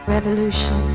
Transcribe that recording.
Revolution